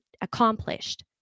accomplished